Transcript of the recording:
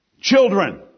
Children